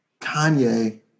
Kanye